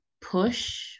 push